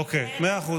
אוקיי, מאה אחוז.